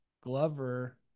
Glover